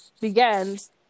begins